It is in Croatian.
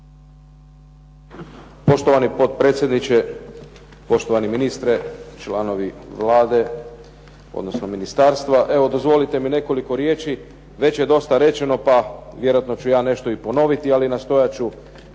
Poštovani potpredsjedniče, poštovani ministre, članovi Vlade, odnosno Ministarstva. Evo dozvolite mi nekoliko riječi, već je dosta rečeno, vjerojatno ću ja nešto i ponoviti, nastojat